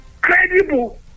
credible